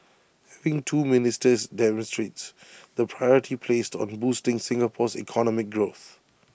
having two ministers demonstrates the priority placed on boosting Singapore's economic growth